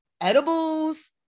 edibles